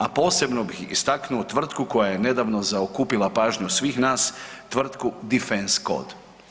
A posebno bih istaknuo tvrtku koja je nedavno zaokupila pažnju svih nas, tvrtku Defense Code.